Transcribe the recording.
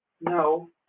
no